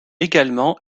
également